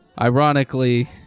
ironically